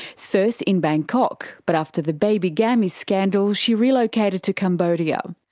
first in bangkok, but after the baby gammy scandal she relocated to cambodia.